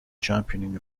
championing